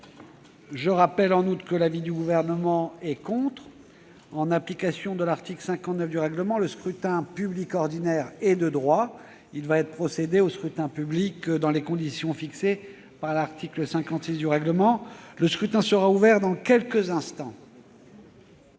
Je rappelle, en outre, que l'avis du Gouvernement est défavorable. En application de l'article 59 du règlement, le scrutin public ordinaire est de droit. Il va y être procédé dans les conditions fixées par l'article 56 du règlement. Le scrutin est ouvert. Personne ne demande